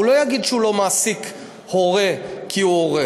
הוא לא יגיד שהוא לא מעסיק הורה כי הוא הורה.